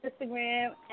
Instagram